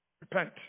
Repent